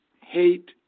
Hate